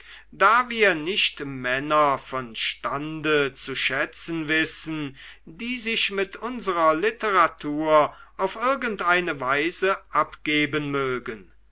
da wir nicht männer vom stande zu schätzen wissen die sich mit unserer literatur auf irgendeine weise abgeben mögen